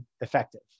effective